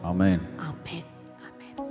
Amen